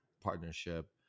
partnership